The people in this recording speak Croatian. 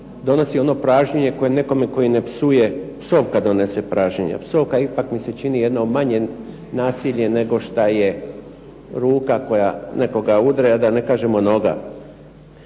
donosi ono pražnjenje onome koji ne psuje, psovka donese pražnjenje. Psovka mi se čini manje nasilje nego što je ruka koja nekoga udre a da ne kažemo noga.